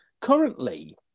currently